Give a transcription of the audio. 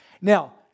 Now